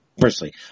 Personally